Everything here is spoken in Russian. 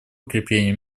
укрепления